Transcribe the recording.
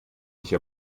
sich